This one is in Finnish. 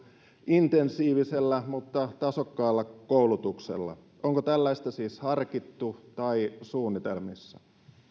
intensiivisellä mutta tasokkaalla koulutuksella onko tällaista siis harkittu tai suunnitelmissa